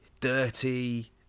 dirty